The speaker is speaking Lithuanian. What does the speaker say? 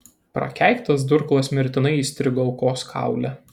prakeiktas durklas mirtinai įstrigo aukos kaule